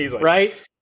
Right